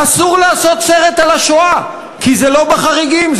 אסור לעשות סרט על השואה כי זה לא בחריגים,